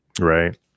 right